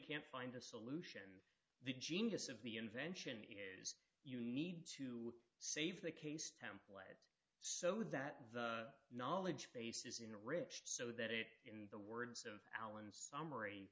can't find a solution the genius of the invention is you need to save the case so that the knowledge base is in the rich so that it in the words of alan summary